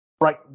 Right